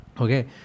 Okay